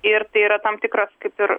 ir tai yra tam tikras kaip ir